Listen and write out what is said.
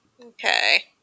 Okay